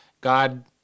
God